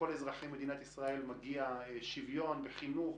לכל אזרחי מדינת ישראל מגיע שוויון בחינוך,